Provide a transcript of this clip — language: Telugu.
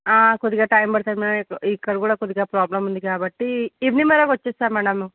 కొద్దిగా టైమ్ పడుతుంది మ్యాడమ్ ఇక్కడ కూడా కొద్దిగా ప్రాబ్లం ఉంది కాబట్టి ఈవినింగ్ వరకు వస్తాం మ్యాడము